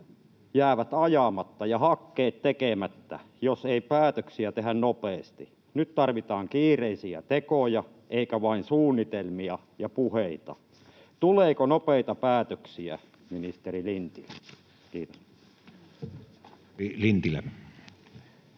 jäävät ajamatta ja hakkeet tekemättä, jos ei päätöksiä tehdä nopeasti. Nyt tarvitaan kiireisiä tekoja eikä vain suunnitelmia ja puheita. Tuleeko nopeita päätöksiä, ministeri Lintilä? — Kiitos.